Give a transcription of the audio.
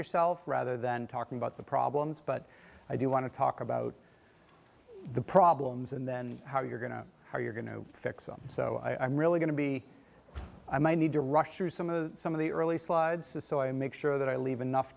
yourself rather than talking about the problems but i do want to talk about the problems and then how you're going to how you're going to fix them so i'm really going to be i may need to rush through some of the some of the early slides so i make sure that i leave enough